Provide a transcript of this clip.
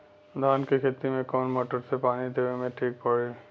धान के खेती मे कवन मोटर से पानी देवे मे ठीक पड़ी?